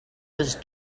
was